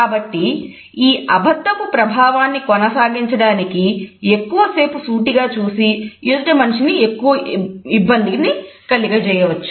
కాబట్టి ఈ అబద్ధపు ప్రభావాన్ని కొనసాగించడానికి ఎక్కువ సేపు సూటిగా చూసి ఎదుటి మనిషికి ఇబ్బందిని కలుగజేయవచ్చు